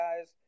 guys